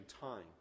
time